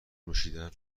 نوشیدن